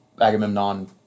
Agamemnon